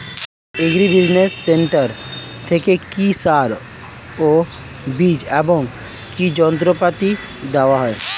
Agri business centre থেকে কি সার ও বিজ এবং কৃষি যন্ত্র পাতি দেওয়া হয়?